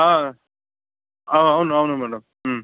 అవును అవును మ్యాడమ్